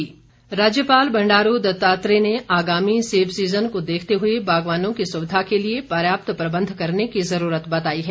राज्यपाल राज्यपाल बंडारू दत्तात्रेय ने आगामी सेब सीज़न को देखते हुए बागवानों की सुविधा के लिए पर्याप्त प्रबंध करने की ज़रूरत बताई है